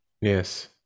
Yes